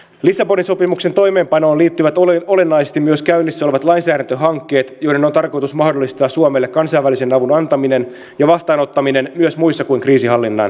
lissabonin sopimuksen toimeenpanoon liittyvät olennaisesti myös käynnissä olevat lainsäädäntöhankkeet joiden on tarkoitus mahdollistaa suomelle kansainvälisen avun antaminen ja vastaanottaminen myös muissa kuin kriisinhallinnan operaatioissa